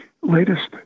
latest